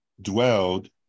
dwelled